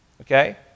Okay